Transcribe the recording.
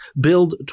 build